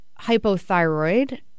hypothyroid